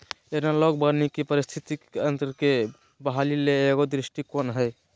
analogue वानिकी पारिस्थितिकी तंत्र के बहाली ले एगो दृष्टिकोण हइ